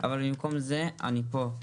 אבל במקום זה אני פה,